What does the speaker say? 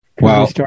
Wow